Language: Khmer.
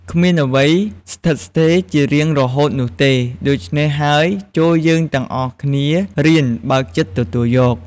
គ្មានអ្វីស្ថិតស្ថេរជារៀងរហូតនោះទេ ដូច្នេះហើយចូរយើងទាំងអស់គ្នារៀនបើកចិត្តទទួលយក។